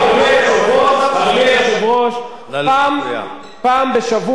פעם בשבוע יש לשמאל משיח חדש,